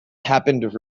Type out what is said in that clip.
happened